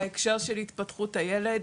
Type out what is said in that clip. בהקשר של התפתחות הילד,